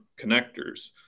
connectors